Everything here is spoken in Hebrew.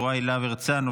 יוראי להב הרצנו,